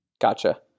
Gotcha